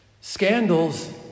Scandals